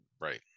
right